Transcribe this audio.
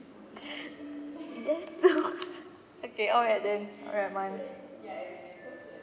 okay alright then alright mine